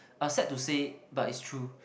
uh sad to say but it's true